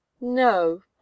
No